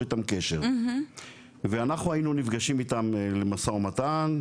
איתם קשר ואנחנו היינו נפגשים איתם למשא ומתן,